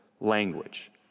language